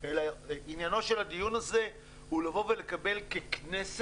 אלא עניינו של הדיון הזה הוא לבוא ולקבל ככנסת,